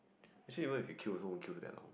actually even if you queue also won't queue that long